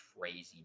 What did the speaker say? crazy